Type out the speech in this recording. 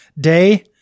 day